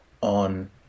on